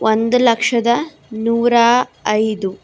ಒಂದು ಲಕ್ಷದ ನೂರಾ ಐದು